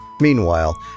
Meanwhile